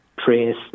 Trace